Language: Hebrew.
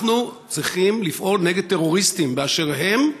אנחנו צריכים לפעול נגד טרוריסטים באשר הם,